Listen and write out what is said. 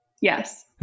Yes